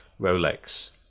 Rolex